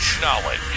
Knowledge